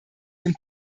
dem